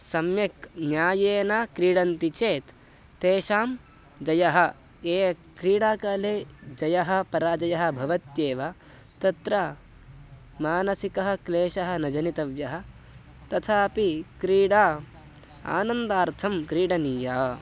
सम्यक् न्यायेन क्रीडन्ति चेत् तेषां जयः ये क्रीडाकाले जयः पराजयः भवत्येव तत्र मानसिकः क्लेशः न जनितव्यः तथापि क्रीडा आनन्दार्थं क्रीडनीया